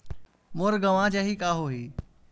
मोर गंवा जाहि का होही?